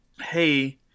Hey